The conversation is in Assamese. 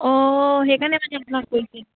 অঁ সেইকাৰণে মানে আপোনাক কৰিছে